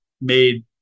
made